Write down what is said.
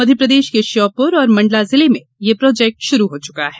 मध्य प्रदेश के श्योपुर और मंडला जिले में ये प्रोजेक्ट शुरू हो चुका है